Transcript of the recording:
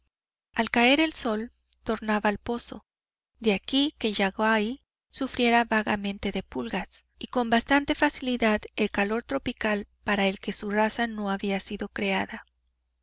caer el sol tornaba al pozo de aquí que yaguaí sufriera vagamente de pulgas y con bastante facilidad el calor tropical para el que su raza no había sido creada